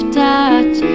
touch